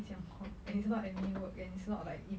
这样 hot and it's not any work and it's not like if